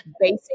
basic